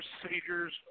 procedures